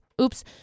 Oops